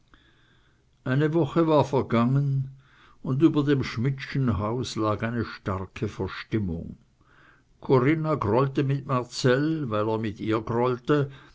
eine woche war vergangen und über dem schmidtschen hause lag eine starke verstimmung corinna grollte mit marcell weil er mit ihr